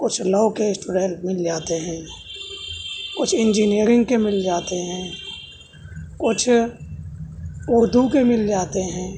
کچھ لاء کے اسٹوڈنٹ مل جاتے ہیں کچھ انجینئرنگ کے مل جاتے ہیں کچھ اردو کے مل جاتے ہیں